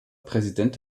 präsident